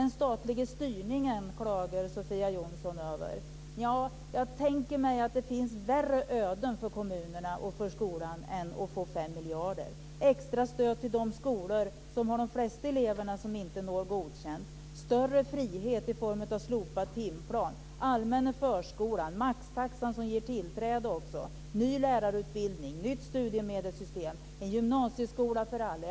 Sofia Jonsson över. Ja, jag tänker mig att det finns värre öden för kommunerna och skolan än att få 5 miljarder i extra stöd till de skolor som har flest elever som inte når godkänt, större frihet i form av slopad timplan, allmänna förskolan, maxtaxan som också ger tillträde, ny lärarutbildning, nytt studiemedelssystem, en gymnasieskola för alla.